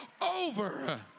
over